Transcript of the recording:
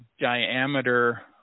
diameter